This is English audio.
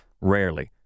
rarely